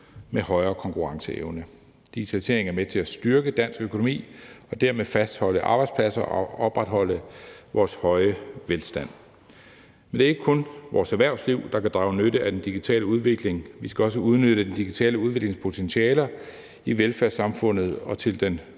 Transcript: med højere konkurrenceevne. Digitaliseringen er med til at styrke dansk økonomi og dermed fastholde arbejdspladser og opretholde vores høje velstand. Men det er ikke kun vores erhvervsliv, der kan drage nytte af den digitale udvikling – vi skal også udnytte de digitale udviklingspotentialer i velfærdssamfundet og til den